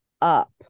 up